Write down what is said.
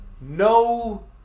no